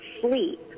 sleep